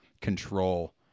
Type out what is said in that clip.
control